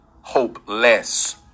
hopeless